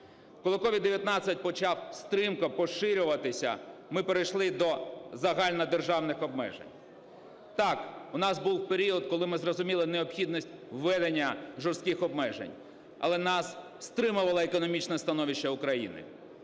Коли COVID-19 почав стрімко поширюватися, ми перейшли до загальнодержавних обмежень. Так, у нас був період, коли ми зрозуміли необхідність введення жорстких обмежень, але нас стримувало економічне становище України.